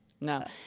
no